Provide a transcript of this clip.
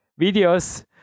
videos